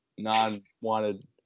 non-wanted